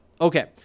Okay